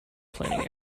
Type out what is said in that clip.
planning